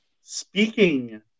speaking